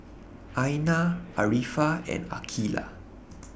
Aina Arifa and Aqeelah